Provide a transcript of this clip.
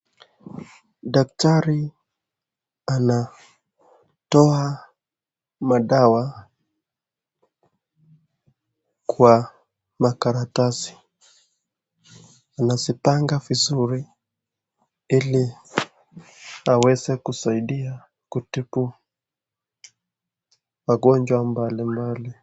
Daktari anatoa madawa kwa makaratasi anazipanga vizuri hili aweza kusaidia kutibu wagonjwa mbalimbali.